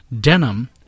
denim